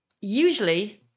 Usually